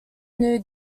new